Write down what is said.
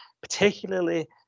particularly